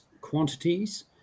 quantities